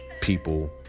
people